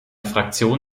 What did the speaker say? fraktion